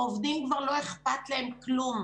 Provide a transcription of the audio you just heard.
עובדים, כבר לא אכפת להם כלום.